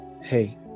Hey